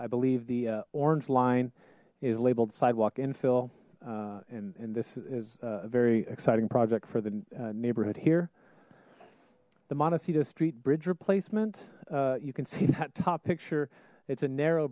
i believe the orange line is labeled sidewalk infill and and this is a very exciting project for the neighborhood here the montecito street bridge replacement you can see that top picture it's a narrow